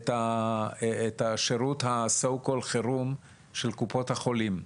את שירות החירום של קופות החולים.